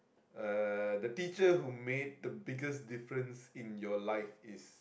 uh the teacher who made the biggest difference in your life is